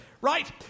Right